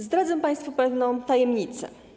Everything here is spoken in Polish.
Zdradzę państwu pewną tajemnicę.